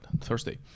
Thursday